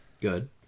Good